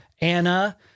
anna